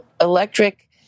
electric